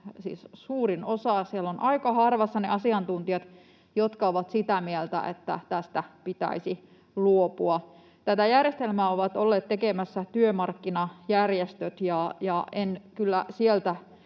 suurin osa. Siellä ovat aika harvassa ne asiantuntijat, jotka ovat sitä mieltä, että tästä pitäisi luopua. Tätä järjestelmää ovat olleet tekemässä työmarkkinajärjestöt, ja en kyllä sieltä